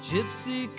Gypsy